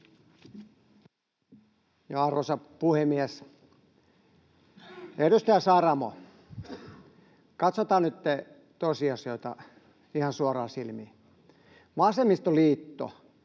Arvoisa puhemies! Edustaja Saramo, katsotaan nyt tosiasioita ihan suoraan silmiin. Vasemmistoliitto